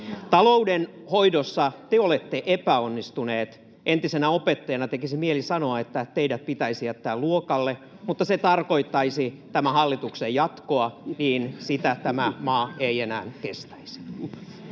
Taloudenhoidossa te olette epäonnistuneet. Entisenä opettajana tekisi mieli sanoa, että teidät pitäisi jättää luokalle, mutta se tarkoittaisi tämän hallituksen jatkoa, ja sitä tämä maa ei enää kestäisi.